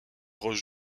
roches